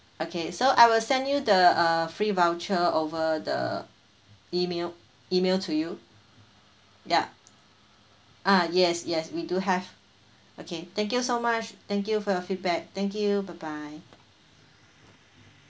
okay so I will send you the uh free voucher over the email email to you ya ah yes yes we do have okay thank you so much thank you for your feedback thank you bye bye